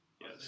yes